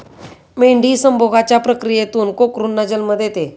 मेंढी संभोगाच्या प्रक्रियेतून कोकरूंना जन्म देते